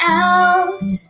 out